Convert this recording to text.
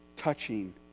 touching